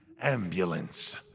ambulance